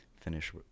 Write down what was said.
finish